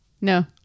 No